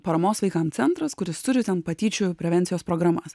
paramos vaikam centras kuris turi ten patyčių prevencijos programas